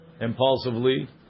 impulsively